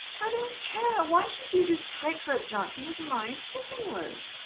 i don't care. why should you do tight-rope dancing with my skipping-rope?